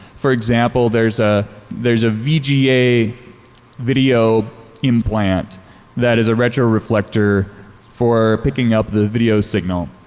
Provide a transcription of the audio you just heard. for example, there's ah there's a vga video implant that is retroreflector for picking up the video signal.